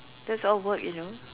that's all work you know